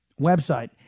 website